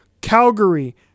Calgary